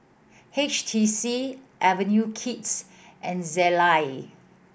H T C Avenue Kids and Zalia